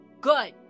good